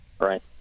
Right